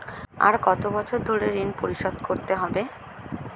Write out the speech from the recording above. আর কত বছর ধরে ঋণ পরিশোধ করতে হবে?